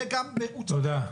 תודה.